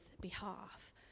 behalf